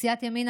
סיעת ימינה,